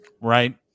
right